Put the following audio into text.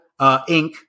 Inc